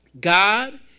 God